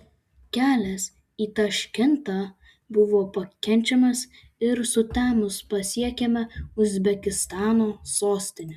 kelias į taškentą buvo pakenčiamas ir sutemus pasiekėme uzbekistano sostinę